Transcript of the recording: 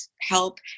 help